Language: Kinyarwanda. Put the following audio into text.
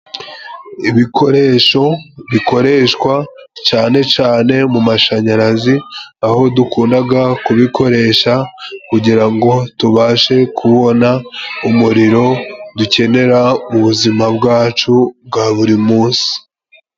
Ibikoresho bikoreshwa cyane cyane mumashanyarazi. Aho dukunda kubikoresha kugira ngo tubashe kubona umuriro dukenera mu buzima bwacu bwa buri munsi.